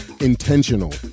intentional